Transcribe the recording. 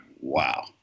wow